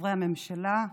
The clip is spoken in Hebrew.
הממשלה,